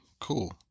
cool